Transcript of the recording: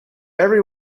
every